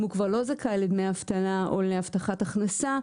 אם הוא כבר לא זכאי לדמי אבטלה או להבטחת הכנסה,